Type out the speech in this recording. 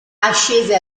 ascese